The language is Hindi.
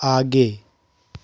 आगे